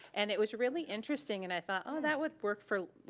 and it was really interesting, and i thought, oh, that would work for,